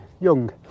young